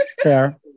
Fair